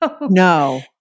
No